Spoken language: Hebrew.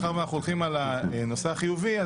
מאחר שאנחנו הולכים על הנושא החיובי,